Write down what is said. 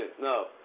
no